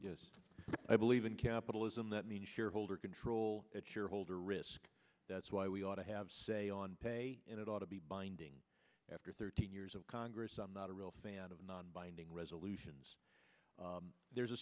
but i believe in capitalism that means shareholder control at your hold or risk that's why we ought to have say on pay and it ought to be binding after thirty years of congress i'm not a real fan of non binding resolutions there's a